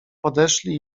podeszli